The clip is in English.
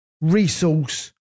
resource